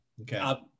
Okay